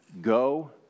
go